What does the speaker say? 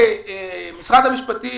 משרד המשפטים,